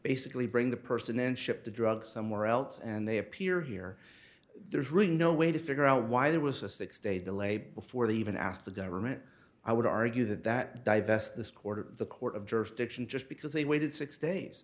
basically bring the person and ship the drugs somewhere else and they appear here there's really no way to figure out why there was a six day delay before they even asked the government i would argue that that divest this quarter the court of jurisdiction just because they waited six days